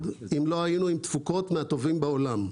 אם לא היינו עם תפוקות מהטובות בעולם.